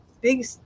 big